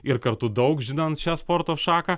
ir kartu daug žinant šią sporto šaką